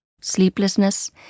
sleeplessness